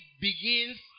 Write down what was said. begins